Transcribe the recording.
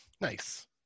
Nice